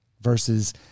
versus